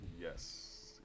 Yes